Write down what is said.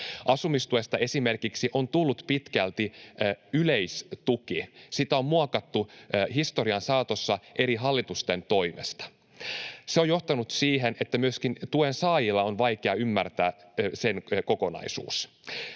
Asumistuesta esimerkiksi on tullut pitkälti yleistuki. Sitä on muokattu historian saatossa eri hallitusten toimesta. Se on johtanut siihen, että myöskin tuensaajien on vaikea ymmärtää sen kokonaisuus.